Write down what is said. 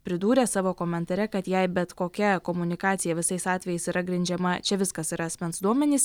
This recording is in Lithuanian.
pridūrė savo komentare kad jai bet kokia komunikacija visais atvejais yra grindžiama čia viskas yra asmens duomenys